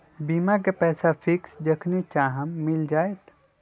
बीमा के पैसा फिक्स जखनि चाहम मिल जाएत?